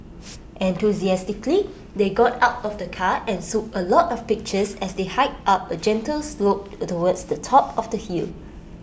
enthusiastically they got out of the car and took A lot of pictures as they hiked up A gentle slope towards the top of the hill